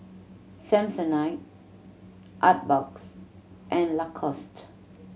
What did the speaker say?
Samsonite Artbox and Lacoste